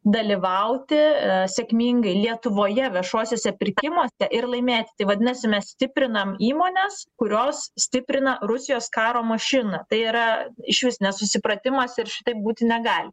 dalyvauti sėkmingai lietuvoje viešuosiuose pirkimuo ir laimėti tai vadinasi mes stiprinam įmones kurios stiprina rusijos karo mašiną tai yra išvis nesusipratimas ir šitaip būti negali